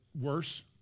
worse